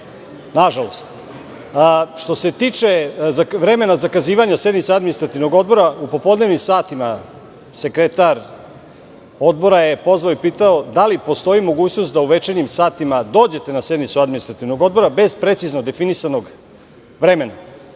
otvorili. Što se tiče vremena za zakazivanje sednice Administrativnog odbora, u popodnevnim satima sekretar Odbora je pozvao i pitao da li postoji mogućnost da u večernjim satima dođete na sednicu Administrativnog odbora, bez precizno definisanog vremena.